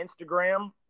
Instagram